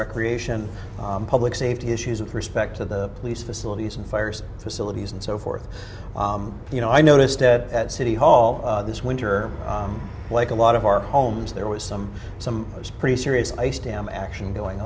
recreation and public safety issues with respect to the police facilities and fires facilities and so forth you know i noticed that at city hall this winter like a lot of our homes there was some some pretty serious ice jam action